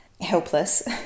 helpless